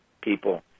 people